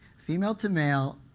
female to male,